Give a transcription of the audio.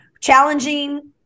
challenging